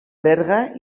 berga